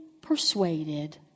persuaded